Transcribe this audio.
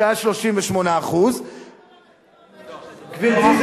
שהיה 38% גברתי,